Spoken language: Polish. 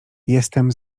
jestem